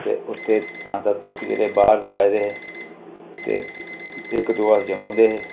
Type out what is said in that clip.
ते उत्थे पंज सत्त कुक जेह्ड़े बाह्र दे आए दे हे ते इक दो अस जम्मू दे हे